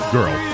girl